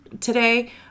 today